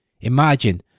Imagine